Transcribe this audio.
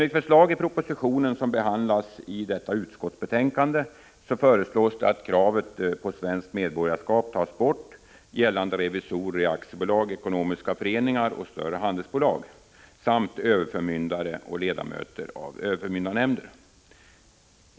I den proposition som behandlas i detta utskottsbetänkande föreslås att kravet på svenskt medborgarskap tas bort gällande revisorer i aktiebolag, ekonomiska föreningar och större handelsbolag samt överförmyndare och ledamöter av överförmyndarnämnder.